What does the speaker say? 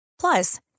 Plus